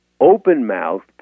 open-mouthed